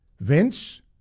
Vince